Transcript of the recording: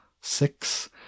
six